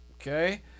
Okay